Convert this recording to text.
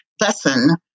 lesson